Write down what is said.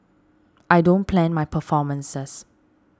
I don't plan my performances